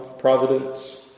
providence